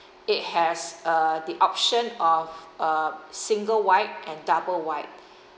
it has uh the option of uh single wide and double wide